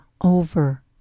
over